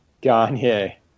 Gagne